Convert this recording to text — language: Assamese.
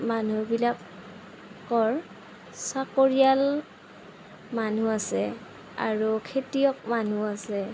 মানুহবিলাকৰ চাকৰিয়াল মানুহ আছে আৰু খেতিয়ক মানুহ আছে